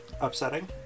upsetting